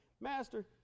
Master